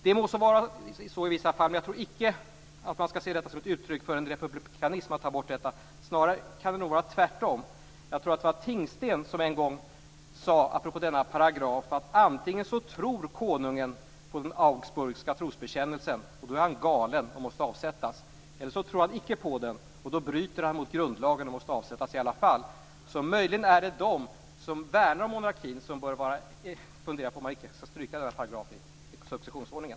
Det må så vara i vissa fall, men jag tror icke att man skall se viljan att ta bort paragrafen som ett uttryck för republikanism. Det kan snarare vara tvärtom. Jag tror att det var Tingsten som en gång apropå denna paragraf sade att konungen antingen tror på den augsburgska trosbekännelsen, och då är han galen och måste avsättas, eller så tror han icke på den, och då bryter han mot grundlagen och måste avsättas i alla fall. Möjligen är det de som värnar om monarkin som bör fundera på om man inte skall stryka denna paragraf i successionsordningen.